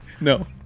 No